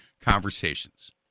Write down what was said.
conversations